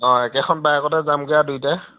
অ'একেখন বাইকতে যামগৈ আৰু দুইটাই